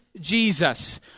Jesus